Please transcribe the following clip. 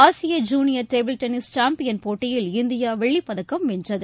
ஆசிய junior table tennis champion போட்டியில் India வெள்ளிப்பதக்கம் வென்றது